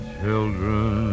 children